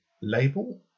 Label